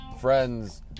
friends